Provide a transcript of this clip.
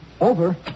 Over